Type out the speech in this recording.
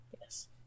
Yes